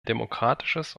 demokratisches